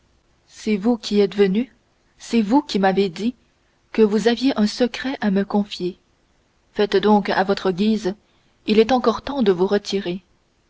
c'est vous qui êtes venu c'est vous qui m'avez dit que vous aviez un secret à me confier faites donc à votre guise il est encore temps de vous retirer